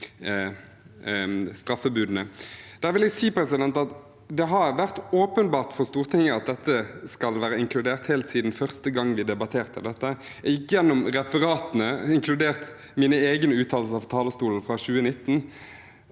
det har vært åpenbart for Stortinget at dette skal være inkludert, helt siden første gang vi debatterte dette. Jeg gikk gjennom referatene, inkludert mine egne uttalelser fra talerstolen, fra 2019.